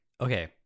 okay